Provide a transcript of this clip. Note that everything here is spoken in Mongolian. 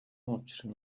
учир